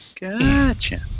Gotcha